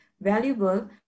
valuable